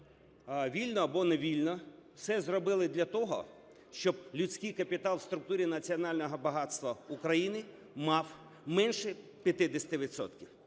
вільно або невільно все зробили для того, щоб людський капітал в структурі національного багатства України мав менше 50